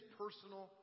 personal